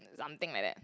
something like that